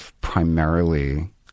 primarily